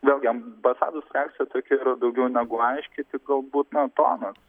vėl gi ambasados reakcija tokia yra daugiau negu aiški tik galbūt na tonas